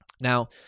Now